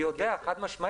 הוא יודע חד-משמעית.